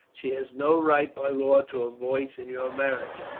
she has no right by law to a voice in your marriage.